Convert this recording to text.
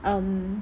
um